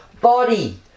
body